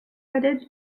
added